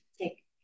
take